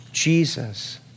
Jesus